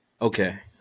Okay